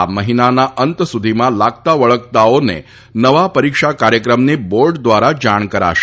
આ મહિનાના અંત સુધીમાં લાગતા વળગતાઓને નવા પરીક્ષા કાર્યક્રમની બોર્ડ દ્વારા જાણ કરાશે